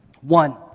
one